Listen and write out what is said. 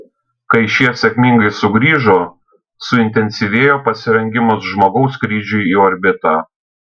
kai šie sėkmingai sugrįžo suintensyvėjo pasirengimas žmogaus skrydžiui į orbitą